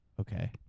okay